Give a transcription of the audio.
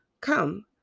Come